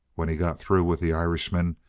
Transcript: when he got through with the irishman,